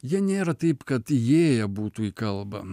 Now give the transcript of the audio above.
jie nėra taip kad įėję būtų į kalbą